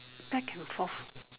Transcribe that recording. back and forth